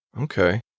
Okay